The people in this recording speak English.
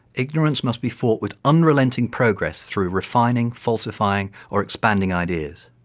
ignorance must be fought with unrelenting progress through refining, falsifying or expanding ideas.